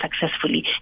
successfully